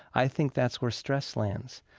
i think that's where stress lands.